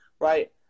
right